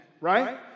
right